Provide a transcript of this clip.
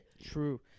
True